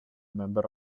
member